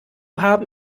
haben